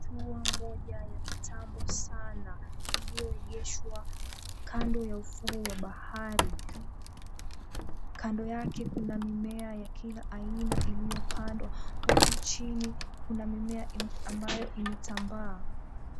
Mashua moja ya kitambo sana iliyoengeshwa kando ya ufuo wa bahari, kando yake kuna mimea ya kila aina iliyopandwa. Huku chini kuna mimea amboyo imetambaa.